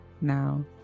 now